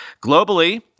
Globally